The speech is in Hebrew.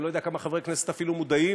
אני לא יודע כמה חברי כנסת אפילו מודעים